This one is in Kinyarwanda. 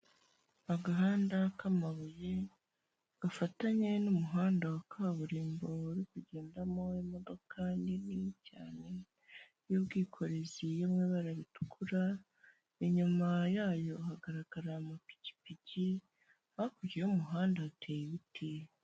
Agahanda k'amabuye gafatanye n'umuhanda wa kaburimbo uri kugendamo imodoka nini cyane y'ubwikorezi yo mu ibara ritukura. Inyuma yayo hagaragara amapikipiki, hakurya y'umuhanda hateye ibiti.